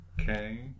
Okay